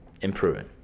improving